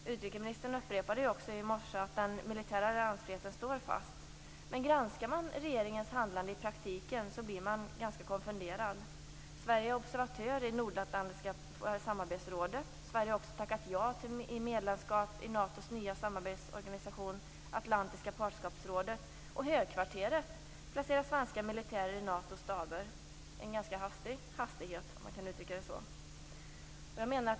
Utrikesministern upprepade i morse att den militära alliansfriheten står fast. Men granskar man regeringens handlande i praktiken blir man ganska konfunderad. Sverige är observatör i Nordatlantiska samarbetsrådet. Sverige har också tackat ja till medlemskap i Natos nya samarbetsorganisation, Atlantiska partnerskapsrådet, och högkvarteret placerar svenska militärer i Natos staber i en ganska stor hastighet, om man kan uttrycka det så.